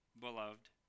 beloved